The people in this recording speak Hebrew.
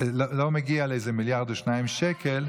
לא מגיע לאיזה מיליארד או שניים שקלים,